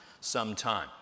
sometime